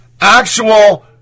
Actual